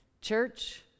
Church